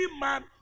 man